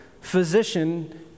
Physician